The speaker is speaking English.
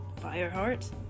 Fireheart